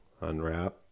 unwrap